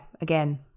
again